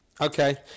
Okay